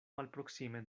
malproksime